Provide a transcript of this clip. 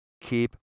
keep